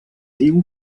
diu